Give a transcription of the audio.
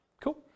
Cool